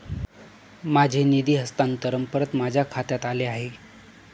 माझे निधी हस्तांतरण परत माझ्या खात्यात आले आहे